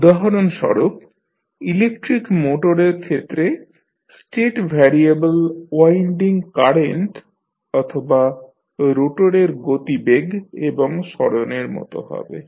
উদাহরণস্বরূপ ইলেকট্রিক মোটরের ক্ষেত্রে স্টেট ভ্যারিয়েবল ওয়াইন্ডিং কারেন্ট অথবা রোটরের গতিবেগ এবং সরণের মতো হবে